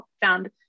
found